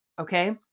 okay